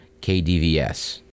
KDVS